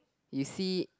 you see